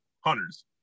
hunters